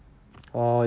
oh